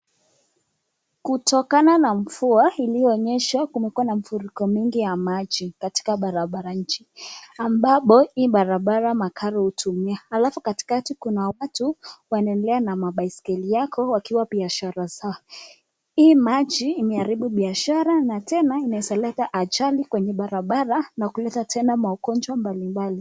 Kutokana na mvua iliyo nyesha, kumekua na mafuriko mengi ya maji katika barabara nchi ambapo hii barabara magari hutumia. Alafu Katikati kuna watu wanaendelea na baiskeli yako wakiwa biashara zao. Hii maji imeharibu biashara na tena inaweza leta ajali kwa barabara na kuleta tena maugonjwa mbali mbali.